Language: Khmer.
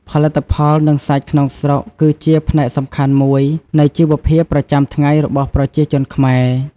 ផលិតផល និងសាច់ក្នុងស្រុក គឺជាផ្នែកសំខាន់មួយនៃជីវភាពប្រចាំថ្ងៃរបស់ប្រជាជនខ្មែរ។